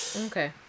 Okay